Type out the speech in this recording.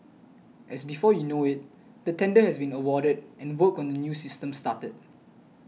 as before you know it the tender has been awarded and work on the new system started